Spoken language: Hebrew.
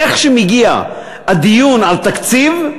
איך שמגיע הדיון על תקציב,